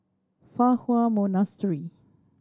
Fa Hua Monastery